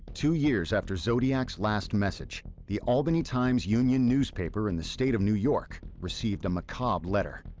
two years after zodiac's last message, the albany times union newspaper in the state of new york received a macabre letter,